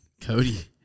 Cody